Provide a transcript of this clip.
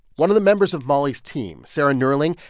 one of the members of molly's team, sarah nehrling,